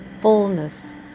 fullness